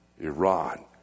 Iran